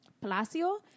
Palacio